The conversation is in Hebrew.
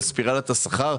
על ספירלת השכר,